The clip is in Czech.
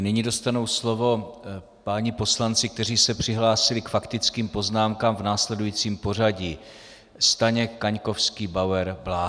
Nyní dostanou slovo páni poslanci, kteří se přihlásili k faktickým poznámkám, v následujícím pořadí: Staněk, Kaňkovský, Bauer, Bláha.